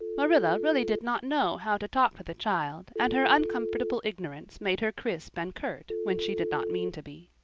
marilla really did not know how to talk to the child, and her uncomfortable ignorance made her crisp and curt when she did not mean to be.